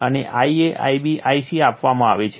અને Ia Ib Ic આપવામાં આવે છે